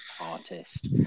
artist